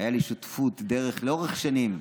הייתה לי שותפות דרך לאורך שנים,